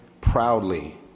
proudly